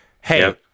hey